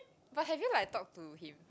but have you like talk to him